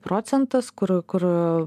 procentas kur kur